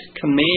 command